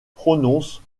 prononcent